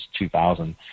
2000